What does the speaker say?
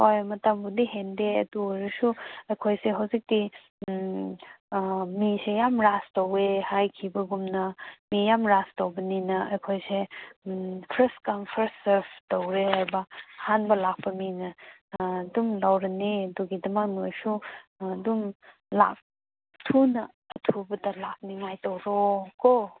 ꯍꯣꯏ ꯃꯇꯝꯕꯨꯗꯤ ꯍꯦꯟꯗꯦ ꯑꯗꯨ ꯑꯣꯏꯔꯁꯨ ꯑꯩꯈꯣꯏꯁꯦ ꯍꯧꯖꯤꯛꯇꯤ ꯃꯤꯁꯦ ꯌꯥꯝ ꯔꯁ ꯇꯧꯋꯦ ꯍꯥꯏꯈꯤꯕꯒꯨꯝꯅ ꯃꯤ ꯌꯥꯝ ꯔꯁ ꯇꯧꯕꯅꯤꯅ ꯑꯩꯈꯣꯏꯁꯦ ꯐꯥꯔꯁ ꯀꯝ ꯐꯥꯔꯁ ꯁꯥꯔꯚ ꯇꯧꯔꯦ ꯍꯥꯏꯕ ꯑꯍꯥꯟꯕ ꯂꯥꯛꯄ ꯃꯤꯅ ꯑꯗꯨꯝ ꯂꯧꯔꯅꯤ ꯑꯗꯨꯒꯤꯗꯃꯛ ꯅꯣꯏꯁꯨ ꯑꯗꯨꯝ ꯑꯊꯨꯕꯗ ꯂꯥꯛꯅꯤꯡꯉꯥꯏ ꯇꯧꯔꯣꯀꯣ